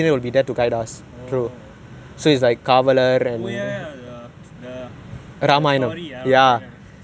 oh ya ya ya the the story Ramayana always you help the Sita and all that